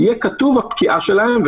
תהיה כתובה הפקיעה שלהם,